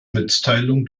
mitteilung